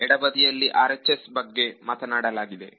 ಎಡಬದಿಯಲ್ಲಿ RHS ಬಗ್ಗೆ ಮಾತನಾಡಲಾಗಿದೆ